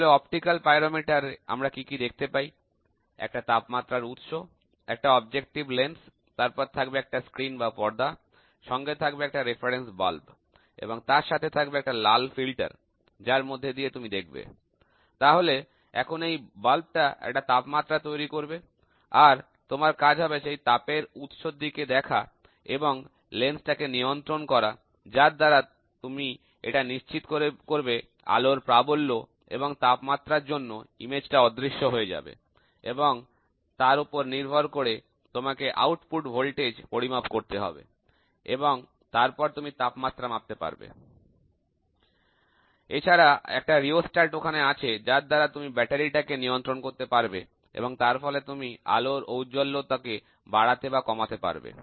তাহলে optical pyrometer আমরা কি কি দেখতে পাই একটা তাপমাত্রার উৎস একটা অভীষ্ট লেন্স তারপর থাকবে একটা স্ক্রিন বা পর্দা সঙ্গে থাকবে একটা প্রাসঙ্গিক স্ফীতি রেফারেন্স বাল্ব এবং তার সাথে থাকবে একটা লাল ফিল্টার যার মধ্যে দিয়ে তুমি দেখবে তাহলে এখন এই স্ফীত অংশের একটা প্রদত্ত তাপমাত্রা থাকবে আর তোমার কাজ হবে সেই তাপের উৎসের দিকে দেখে এবং লেন্স কে নিয়ন্ত্রণ করা যার দ্বারা তুমি এটা নিশ্চিত করবে যে আলোর প্রাবল্য এবং তাপমাত্রার জন্য ইমেজটা অদৃশ্য হয়ে যাবে এবং তার ওপর নির্ভর করে তোমাকে আউটপুট ভোল্টেজ পরিমাপ করতে হবে আর তারপর তুমি তাপমাত্রা মাপতে পারবে এছাড়া একটা রিওস্ট্যাট ওখানে আছে যার দ্বারা তুমি ব্যাটারিটা কে নিয়ন্ত্রন করতে পারবে এবং তার ফলে তুমি আলোর উজ্জ্বলতা কে বাড়াতে বা কমাতে পারবে